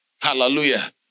Hallelujah